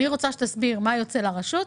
אני רוצה שתסביר מה יוצא לרשות,